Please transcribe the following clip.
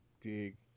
Dig